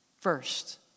first